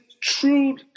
true